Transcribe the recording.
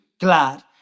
glad